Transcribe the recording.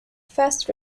fast